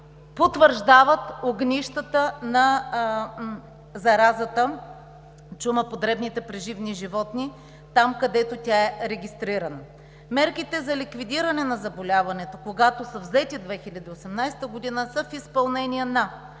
потвърждават огнищата на заразата чума по дребните преживни животни там, където тя е регистрирана. Мерките за ликвидиране на заболяването, когато са взети 2018 г., са в изпълнение на: